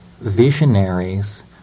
visionaries